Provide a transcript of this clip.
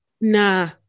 Nah